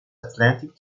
atlantic